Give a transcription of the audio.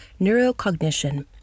neurocognition